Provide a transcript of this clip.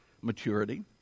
maturity